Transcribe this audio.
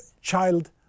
child